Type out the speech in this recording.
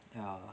ya